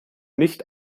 nicht